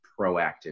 proactive